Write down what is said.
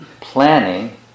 planning